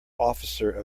officer